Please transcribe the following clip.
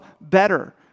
better